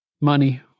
money